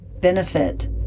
benefit